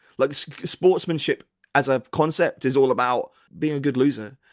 like so sportsmanship as a concept is all about being a good loser.